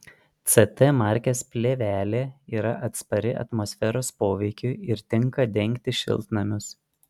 ct markės plėvelė yra atspari atmosferos poveikiui ir tinka dengti šiltnamius